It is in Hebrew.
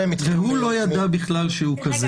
והוא לא ידע שהוא כזה.